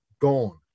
gone